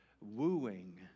wooing